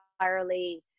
entirely